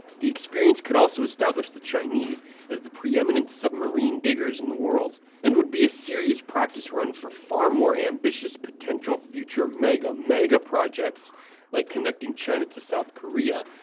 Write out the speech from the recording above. the experience could also establish the chinese as the preeminent submarine diggers in the world and would be a serious practice run for far more ambitious potential future mega-mega-projects like connecting china to south korea,